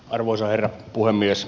arvoisa herra puhemies